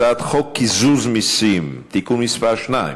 הצעת חוק קיזוז מסים (תיקון מס' 2),